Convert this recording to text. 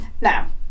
now